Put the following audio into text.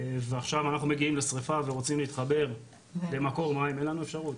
ועכשיו אנחנו מגיעים לשריפה ורוצים להתחבר למקור מים אין לנו אפשרות.